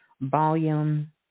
volume